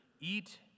eat